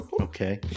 Okay